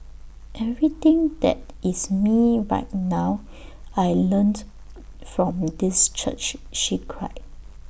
everything that is me right now I learnt from this church she cried